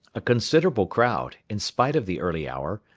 a considerable crowd, in spite of the early hour,